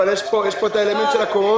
לדעתי --- אבל יש פה את האלמנט של הקורונה.